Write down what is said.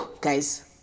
guys